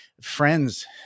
friends